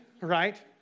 right